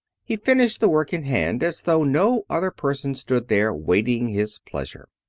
he finished the work in hand as though no other person stood there waiting his pleasure.